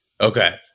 Okay